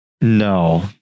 No